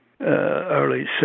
early